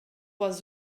was